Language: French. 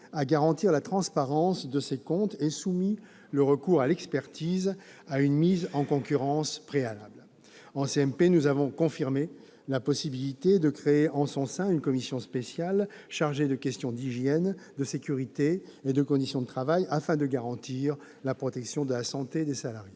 à garantir la transparence de ses comptes et soumis le recours à l'expertise à une mise en concurrence préalable. En CMP, nous avons confirmé la possibilité de créer en son sein une commission spéciale chargée des questions d'hygiène, de sécurité et de conditions de travail afin de garantir la protection de la santé des salariés.